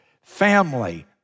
family